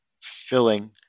filling